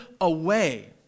away